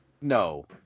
No